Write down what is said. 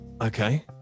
Okay